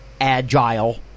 agile